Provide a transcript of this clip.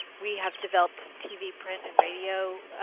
we have developed tv print and radio